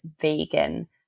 vegan